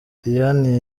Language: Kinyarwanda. diane